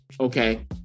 Okay